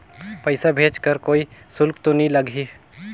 पइसा भेज कर कोई शुल्क तो नी लगही?